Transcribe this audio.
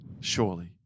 Surely